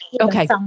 Okay